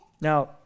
Now